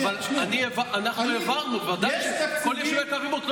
אבל העברנו לכל יישובי קו העימות.